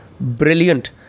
brilliant